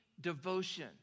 devotion